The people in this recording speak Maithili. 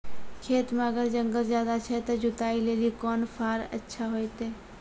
खेत मे अगर जंगल ज्यादा छै ते जुताई लेली कोंन फार अच्छा होइतै?